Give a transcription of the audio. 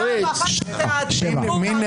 הצבעה מס' 4 בעד ההסתייגות 7 נגד,